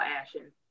Ashen